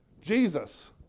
Jesus